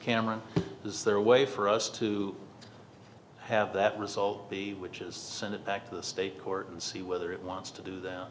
cameron is there a way for us to have that result be which is send it back to the state court and see whether it wants to do that